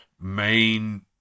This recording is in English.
main